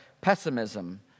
pessimism